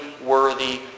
worthy